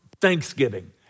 Thanksgiving